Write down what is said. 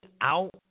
out